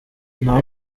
nta